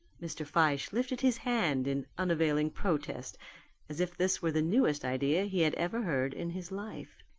mr. fyshe lifted his hand in unavailing protest as if this were the newest idea he had ever heard in his life.